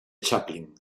chaplin